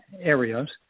areas